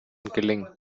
killing